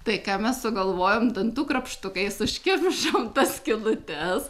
tai ką mes sugalvojom dantų krapštukais užkimšom tas skylutes